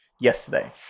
yesterday